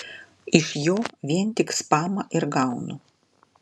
iš jo vien tik spamą ir gaunu